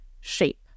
shape